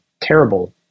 terrible